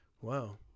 Wow